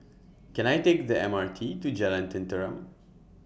Can I Take The M R T to Jalan Tenteram